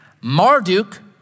Marduk